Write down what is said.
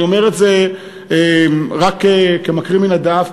אני אומר את זה רק כמקריא מן הדף,